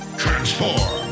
transform